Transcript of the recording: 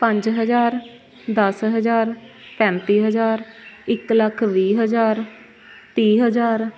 ਪੰਜ ਹਜ਼ਾਰ ਦਸ ਹਜ਼ਾਰ ਪੈਂਤੀ ਹਜ਼ਾਰ ਇੱਕ ਲੱਖ ਵੀਹ ਹਜ਼ਾਰ ਤੀਹ ਹਜ਼ਾਰ